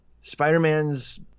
Spider-Man's